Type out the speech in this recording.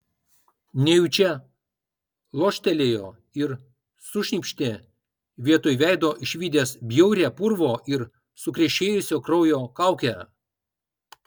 nejučia loštelėjo ir sušnypštė vietoj veido išvydęs bjaurią purvo ir sukrešėjusio kraujo kaukę